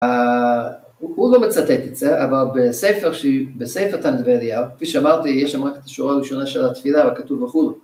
הוא לא מצטט את זה, אבל בספר ש... בספר תנא דבי אליהו, כפי שאמרתי, יש שם רק את השורה הראשונה של התפילה, וכתוב וכו'.